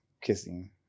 kissing